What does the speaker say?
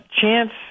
chance